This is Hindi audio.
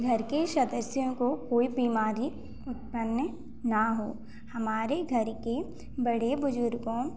घर के सदस्यों को कोई बीमारी उत्पन्न न हो हमारे घर के बड़े बुजुर्गों